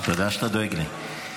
תודה שאתה דואג לי.